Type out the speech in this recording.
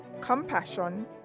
compassion